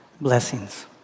blessings